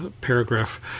paragraph